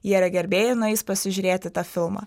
jie yra gerbėjai nueis pasižiūrėti tą filmą